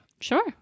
Sure